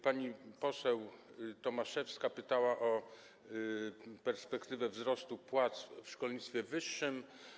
Pani poseł Tomaszewska pytała o perspektywę wzrostu płac w szkolnictwie wyższym.